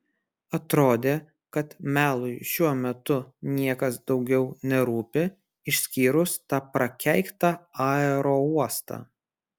atrodė kad melui šiuo metu niekas daugiau nerūpi išskyrus tą prakeiktą aerouostą